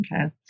Okay